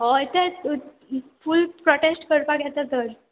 होय तेंच full protest करपाक येता तर